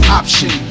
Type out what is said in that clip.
option